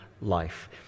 life